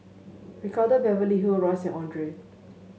Ricardo Beverly Hill Royce Andre